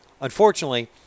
unfortunately